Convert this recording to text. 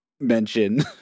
mention